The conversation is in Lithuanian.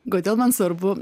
kodėl man svarbu